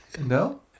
No